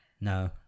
no